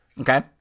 Okay